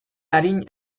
arin